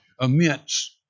immense